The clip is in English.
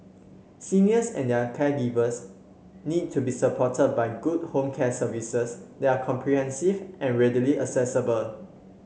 seniors and their caregivers need to be supported by good home care services that are comprehensive and readily accessible